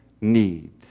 need